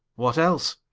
what else?